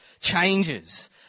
changes